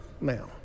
now